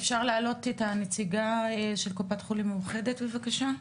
אני מבקשת לשמוע מנציגת קופת חולים מאוחדת, בבקשה.